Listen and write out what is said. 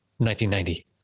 1990